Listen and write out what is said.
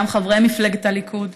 גם חברי מפלגת הליכוד,